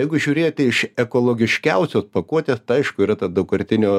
jeigu žiūrėti iš ekologiškiausios pakuotės tai aišku yra ta daugkartinio